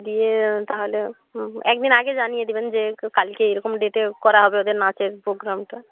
দিয়ে তাহলে হুম একদিন আগে জানিয়ে দিবেন যে কালকে এরকম ডেটে করা হবে ওদের নাচের প্রোগ্রামটা